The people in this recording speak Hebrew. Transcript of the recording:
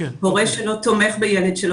הורה שלא תומך בילד שלו,